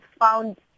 found